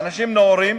ואנשים נאורים,